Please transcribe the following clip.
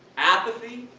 apathy?